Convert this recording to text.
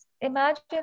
imagine